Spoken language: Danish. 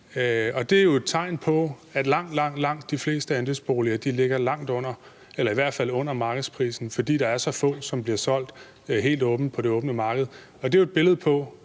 Det er jo et tegn på, at langt, langt de fleste andelsboliger ligger under markedsprisen, fordi der er så få, som bliver solgt helt åbent på det åbne marked.